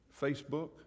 Facebook